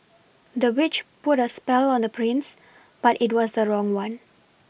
the witch put a spell on the prince but it was the wrong one